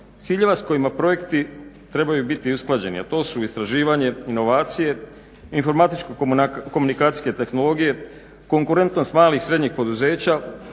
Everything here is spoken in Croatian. ciljeva s kojima projekti trebaju biti usklađeni a to su istraživanje, inovacije, informatičko komunikacijske tehnologije, konkurentnost malih srednjih poduzeća,